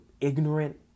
ignorant